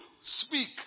speak